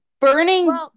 burning